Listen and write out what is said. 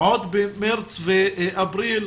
עוד במרץ ואפריל.